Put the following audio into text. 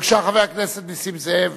בבקשה, חבר הכנסת נסים זאב,